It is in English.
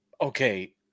Okay